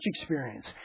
experience